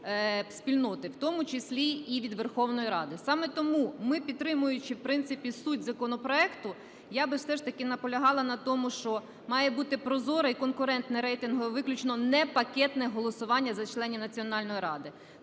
спільноти, в тому числі і від Верховної Ради. Саме тому ми, підтримуючи, в принципі, суть законопроекту, я би все ж таки наполягала на тому, що має бути прозоре і конкурентне рейтингове виключно непакетне голосування за членів національної ради.